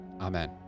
Amen